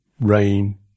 rain